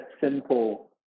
simple